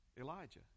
Elijah